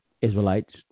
Israelites